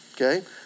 okay